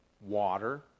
water